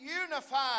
unified